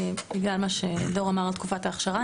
בגלל מה שדור אמר על תקופת האכשרה,